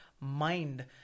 mind